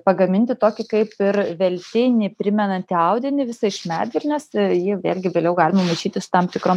pagaminti tokį kaip ir veltinį primenantį audinį visą iš medvilnės jį vėlgi vėliau galima maišyti su tam tikrom